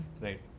Right